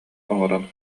оҥорон